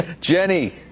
Jenny